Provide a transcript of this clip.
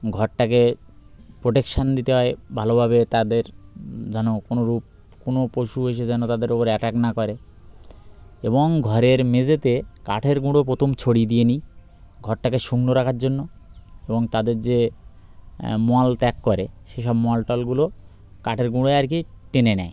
ঘরটাকে প্রোটেকশান দিতে হয় ভালোভাবে তাদের যেন কোনো রূপ কোনো পশু এসে যেন তাদের ওপর অ্যাট্যাক না করে এবং ঘরের মেঝেতে কাঠের গুঁড়ো প্রথম ছড়িয়ে দিয়ে নিই ঘরটাকে শুকনো রাখার জন্য এবং তাদের যে মল ত্যাগ করে সেসব মল টলগুলো কাঠের গুঁড়ো আর কি টেনে নেয়